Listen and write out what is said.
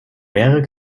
mehrere